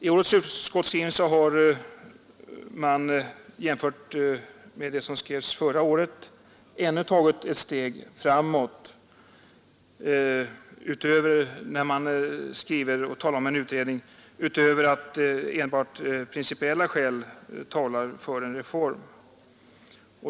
I årets utskottsskrivning har man, jämfört med föregående års skrivning, tagit ännu ett steg framåt i och med att man talar om en utredning och inte enbart skriver att principiella skäl talar för en reform.